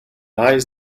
eyes